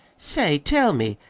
say, tell me,